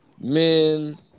men